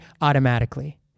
automatically